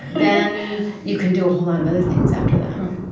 then you can do a whole lot of other things after that.